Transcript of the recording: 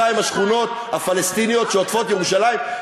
אני רוצה להזדכות על 16 17 מ-22 השכונות הפלסטיניות שעוטפות את ירושלים,